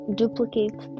duplicate